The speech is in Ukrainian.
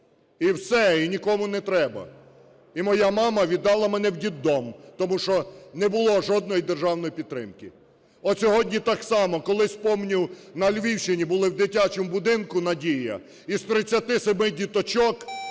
і все, і нікому не треба. І моя мама віддала мене в дитдом, тому що не було жодної державної підтримки. От сьогодні так само, колись, помню, на Львівщині були в дитячому будинку "Надія", із 37 діточок…